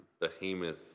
behemoth